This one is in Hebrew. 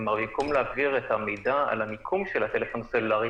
כלומר במקום להעביר את המידע על המיקום של הטלפון הסלולארי